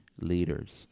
leaders